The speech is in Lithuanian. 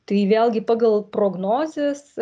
tai vėlgi pagal prognozes